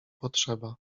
potrzeba